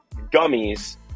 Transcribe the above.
gummies